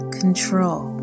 control